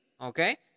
okay